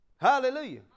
Hallelujah